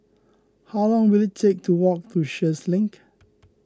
how long will it take to walk to Sheares Link